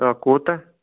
کوٗتاہ